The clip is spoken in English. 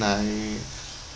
I